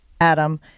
Adam